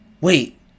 wait